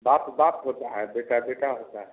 बाप बाप होता है बेटा बेटा होता है